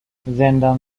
زندان